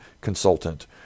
consultant